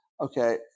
Okay